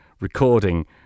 recording